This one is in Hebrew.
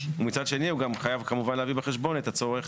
ומצד שני הוא גם חייב כמובן להביא בחשבון את הצורך